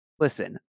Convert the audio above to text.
listen